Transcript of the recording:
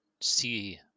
see